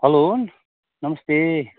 hello नमस्ते